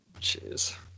Jeez